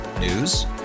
News